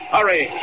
Hurry